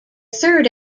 third